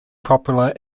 popular